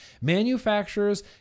Manufacturers